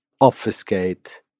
obfuscate